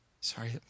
sorry